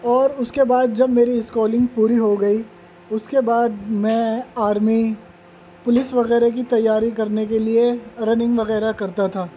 اور اس کے بعد جب میری اسکولنگ پوری ہو گئی اس کے بعد میں آرمی پولیس وغیرہ کی تیاری کرنے کے لیے رننگ وغیرہ کرتا تھا